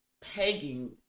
pegging